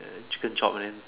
chicken chop eh